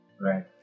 right